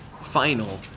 final